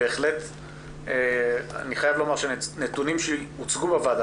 בהחלט אני חייב לומר שנתונים שהוצגו לוועדה